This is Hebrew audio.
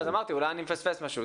אמרתי, אולי אני מפספס משהו.